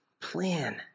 plan